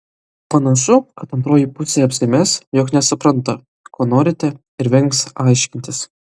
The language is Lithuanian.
panašu kad antroji pusė apsimes jog nesupranta ko norite ir vengs aiškintis